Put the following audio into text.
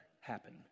happen